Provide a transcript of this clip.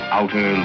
Outer